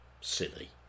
Silly